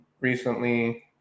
recently